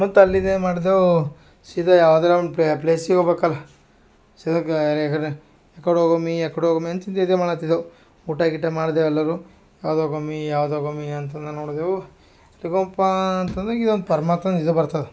ಮತ್ತು ಅಲ್ಲಿದೆ ಏನು ಮಾಡ್ದೆವು ಸೀದಾ ಯಾವುದರ ಒಂದು ಪ್ಲೇಸಿಗೆ ಹೋಗಬೇಕಲ್ಲ ಸೀದ ಕಡೆ ಯಾಕಡ್ ಹೋಗಮ್ಮಿ ಯಾಕಡೆ ಹೋಗಾಮ್ಮಿ ಅಂತ ಚಿಂತೆ ಇದೆ ಮಾಡತಿದ್ದೇವು ಊಟ ಗೀಟ ಮಾಡ್ದೇವು ಎಲ್ಲರು ಯಾವ್ದು ಹೋಗಾಮ್ಮಿ ಯಾವ್ದು ಹೋಗಾಮ್ಮಿ ಅಂತಂದು ನೊಡಿದೆವು ಎಲ್ಲಿಗೆ ಹೋಗೋಣಪ್ಪಾ ಅಂತ ಅಂದ್ರೆ ಇದೊಂದು ಪರ್ಮಾತ್ಮ ಇದು ಬರ್ತದೆ